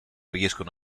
riescono